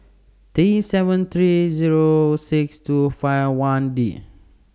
Day seven three Zero six two five one D